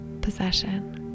possession